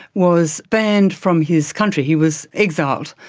was banned from his country. he was exiled.